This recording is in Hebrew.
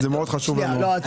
חשוב לנו.